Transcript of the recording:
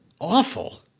awful